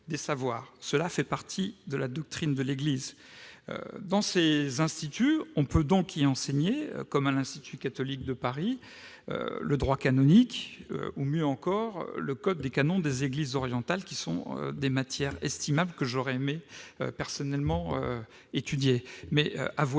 Cela fait partie de la doctrine de l'Église. On peut donc y enseigner, comme à l'Institut catholique de Paris, le droit canonique ou, mieux encore, le code des canons des Églises orientales, matières estimables que j'aurais personnellement aimé étudier.